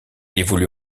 évolue